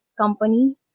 company